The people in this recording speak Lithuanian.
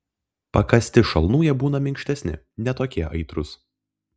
pakąsti šalnų jie būna minkštesni ne tokie aitrūs